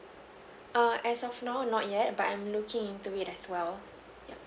err as of now not yet but I'm looking into it as well yup